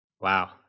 wow